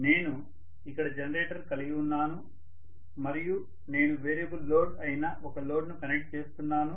నేను ఇక్కడ జనరేటర్ కలిగి ఉన్నాను మరియు నేను వేరియబుల్ లోడ్ అయిన ఒక లోడ్ ను కనెక్ట్ చేస్తున్నాను